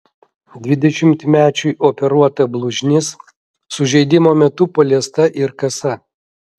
dvidešimtmečiui operuota blužnis sužeidimo metu paliesta ir kasa